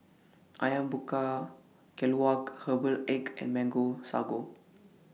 Ayam Buah Keluak Herbal Egg and Mango Sago